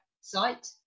site